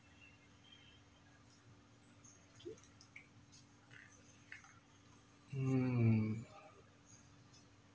mm